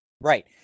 Right